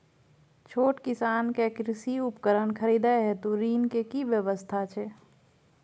छोट किसान के कृषि उपकरण खरीदय हेतु ऋण के की व्यवस्था छै?